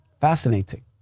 Fascinating